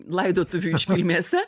laidotuvių iškilmėse